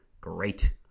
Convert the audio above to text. Great